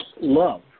love